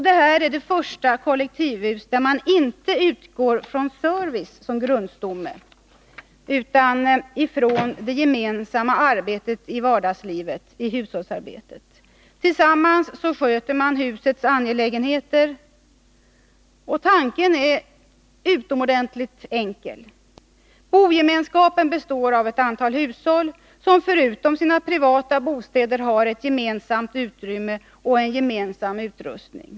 Detta är det första kollektivhus där man inte utgår från service som grundstomme utan från det gemensamma arbetet i vardagslivet, i hushållsarbetet. Tillsammans sköter man husets angelägenheter. Tanken är utomordentligt enkel. Bogemenskapen består av ett antal hushåll som förutom sina privata bostäder har ett gemensamt utrymme och en gemensam utrustning.